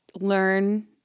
learn